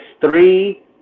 three